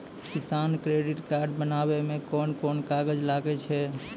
किसान credit card बनाबै मे कोन कोन कागज लागै छै?